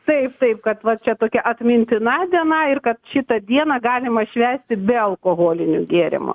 taip taip kad va čia tokia atmintina diena ir kad šitą dieną galima švęsti be alkoholinių gėrimų